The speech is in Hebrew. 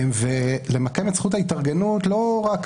ולמקם את זכות ההתארגנות לא רק